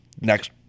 next